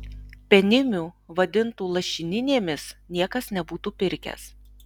penimių vadintų lašininėmis niekas nebūtų pirkęs